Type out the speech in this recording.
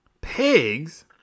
Pigs